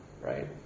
right